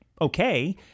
okay